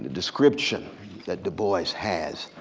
description that du bois has.